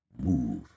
move